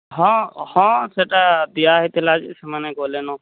ହଁ ହଁ ସେଟା ଦିଆହୋଇଥିଲା ଯେ ସେମାନେ ଗଲେଣି